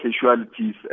casualties